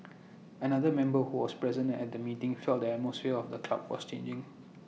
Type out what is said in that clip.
another member who was present at the meeting felt the atmosphere of the club was changing